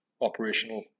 Operational